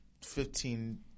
fifteen